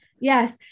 Yes